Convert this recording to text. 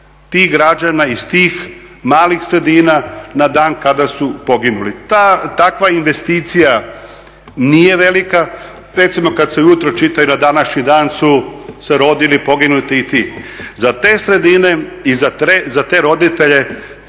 tih građana iz tih malih sredina na dan kada su poginuli. Takva investicija nije velika, recimo kad se ujutro čitaju na današnji dan su se rodili, poginuli ti i ti. Za te sredine i za roditelje